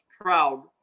proud